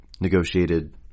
negotiated